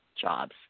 jobs